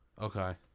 Okay